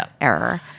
error